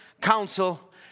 Council